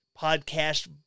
podcast